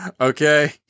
Okay